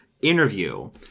interview